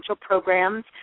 programs